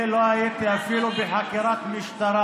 אני לא הייתי בחיים בחקירת משטרה,